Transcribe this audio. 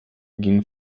gingen